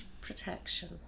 protection